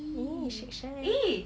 oo shake shack